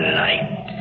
light